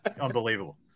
Unbelievable